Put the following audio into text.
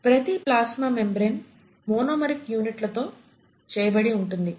ప్రతి plasma membrane monomeric యూనిట్ల తో చేయబడి ఉంటుంది